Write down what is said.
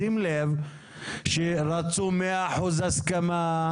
יאיר, שים לב שרצו 100 אחוזים הסכמה.